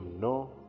no